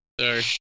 sorry